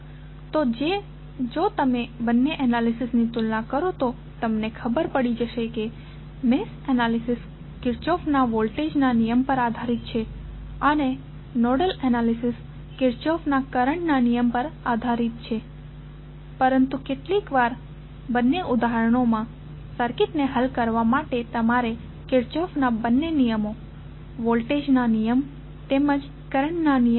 તો જો તમે બંને એનાલિસિસની તુલના કરો તો તમને ખબર પડી જશે કે મેશ એનાલિસિસ કિર્ચોફના વોલ્ટેજના નિયમ પર આધારીત છે અને નોડલ એનાલિસિસ કિર્ચોફના કરંટના નિયમ પર આધારીત છે પરંતુ કેટલીકવાર બંને ઉદાહરણમાં સર્કિટને હલ કરવા માટે તમારે કિર્ચોફના બંને નિયમો વોલ્ટેજના નિયમ તેમજ કરંટના નિયમ ની જરૂર પડી શકે છે